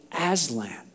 Aslan